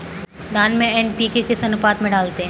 धान में एन.पी.के किस अनुपात में डालते हैं?